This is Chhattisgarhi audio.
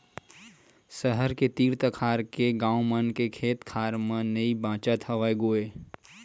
सहर के तीर तखार के गाँव मन के खेत खार मन नइ बाचत हवय गोय